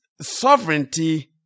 sovereignty